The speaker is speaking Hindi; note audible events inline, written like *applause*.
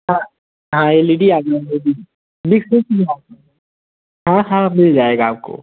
हा हाँ एल ई डी आ गया *unintelligible* हाँ हाँ मिल जाएगा आपको